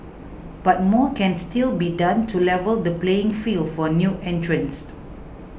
but more can still be done to level the playing field for new entrants